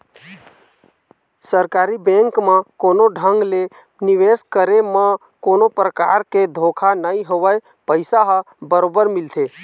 सरकारी बेंक म कोनो ढंग ले निवेश करे म कोनो परकार के धोखा नइ होवय पइसा ह बरोबर मिलथे